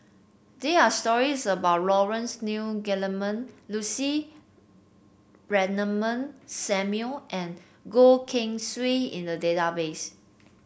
there are stories about Laurence Nunn Guillemard Lucy Ratnammah Samuel and Goh Keng Swee in the database